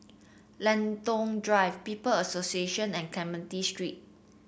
Lentor Drive People's Association and Clementi Street